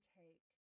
take